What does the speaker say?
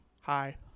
Hi